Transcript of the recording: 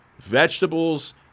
vegetables